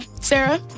Sarah